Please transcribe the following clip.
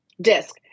disc